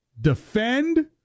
Defend